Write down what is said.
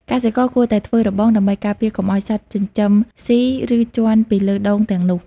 កសិករគួរតែធ្វើរបង ដើម្បីការពារកុំឲ្យសត្វចិញ្ចឹមស៊ី ឬជាន់ពីលើដូងទាំងនោះ។